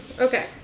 Okay